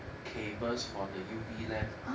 cables for the U_V lamp